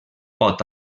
pot